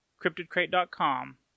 CryptidCrate.com